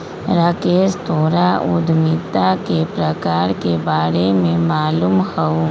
राकेश तोहरा उधमिता के प्रकार के बारे में मालूम हउ